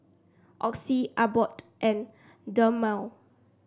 Oxy Abbott and Dermale